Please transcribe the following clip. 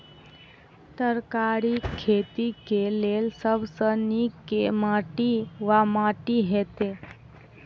तरकारीक खेती केँ लेल सब सऽ नीक केँ माटि वा माटि हेतै?